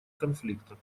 конфликта